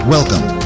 Welcome